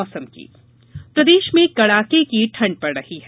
मौसम ठंड प्रदेश में कड़ाके की ठंड पड़ रही है